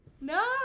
No